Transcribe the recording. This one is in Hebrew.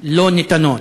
לא ניתנות.